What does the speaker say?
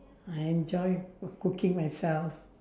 I enjoy coo~ cooking myself